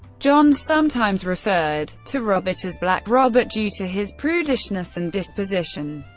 john sometimes referred to robert as black robert due to his prudishness and disposition.